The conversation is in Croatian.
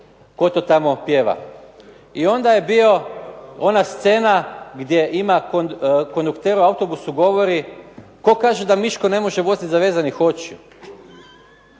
to tamo pjeva“ i onda je bio ona scena gdje ima kondukter u autobusu govori „Tko kaže da Miško ne može voziti zavezanih očiju“